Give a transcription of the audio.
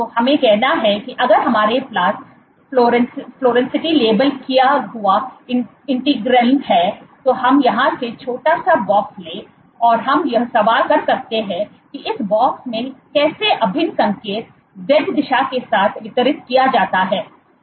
तो हमें कहना है कि अगर हमारे पास फ्लोरोसेंटी लेबल किया हुआ इंटीग्रलिन है और हम यहां एक छोटा सा बॉक्स ले और हम यह सवाल कर सकते हैं कि इस बॉक्स में कैसे अभिन्न संकेत z दिशा के साथ वितरित किया जाता है